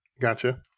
Gotcha